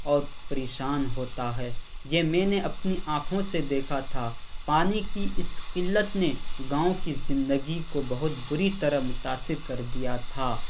اور پریشان ہوتا ہے یہ میں نے اپنی آنکھوں سے دیکھا تھا پانی کی اس قلت نے گاؤں کی زندگی کو بہت بری طرح متأثر کر دیا تھا